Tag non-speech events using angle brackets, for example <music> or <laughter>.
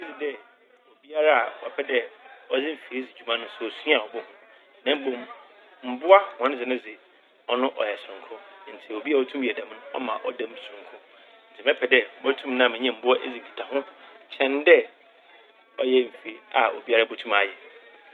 <noise> Obiara a ɔpɛ dɛ ɔdze mfir dzi dwuma no osua a obohu na mbom mbowa hɔn dze no dze ɔno ɔyɛ soronko. Ntsi obi a otum yɛ dɛm no ɔma ɔda mu soronko. Ntsi mɛpɛ dɛ motum nye mbowa edzi nkitsaho kyɛn dɛ ɔyɛ efir a obiara botum ayɛ.